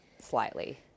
Slightly